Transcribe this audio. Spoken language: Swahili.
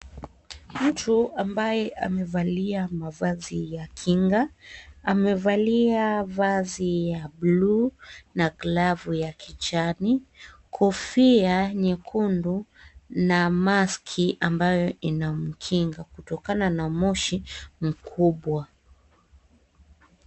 Mtu ambaye amevalia mavazi ya kinga amevalia vazi ya bluu na glovu ya kijani, kofia nyekundu na maski ambayo inamkinga kutokana na moshi mkubwa.